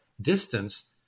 distance